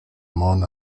món